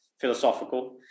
philosophical